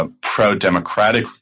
pro-democratic